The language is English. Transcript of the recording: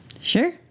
Sure